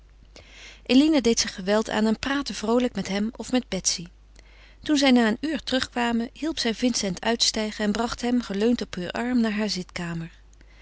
eline deed zich geweld aan en praatte vroolijk met hem of met betsy toen zij na een uur terugkwamen hielp zij vincent uitstijgen en bracht hem geleund op heur arm naar haar zitkamer